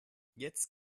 jetzt